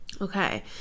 Okay